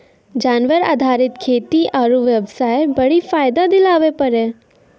जानवर आधारित खेती आरू बेबसाय बड्डी फायदा दिलाबै पारै